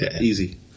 Easy